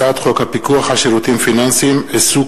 הצעת חוק הפיקוח על שירותים פיננסיים (עיסוק